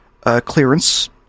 clearance